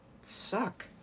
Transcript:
suck